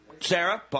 Sarah